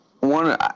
one